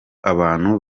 abantu